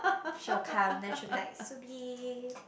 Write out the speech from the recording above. she'll come then she'll be like Subby